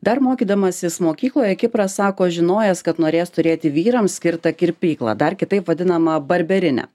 dar mokydamasis mokykloje kipras sako žinojęs kad norės turėti vyrams skirtą kirpyklą dar kitaip vadinamą barberinę